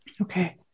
Okay